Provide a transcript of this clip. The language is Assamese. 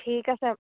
ঠিক আছে